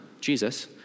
Jesus